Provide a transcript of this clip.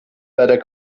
leider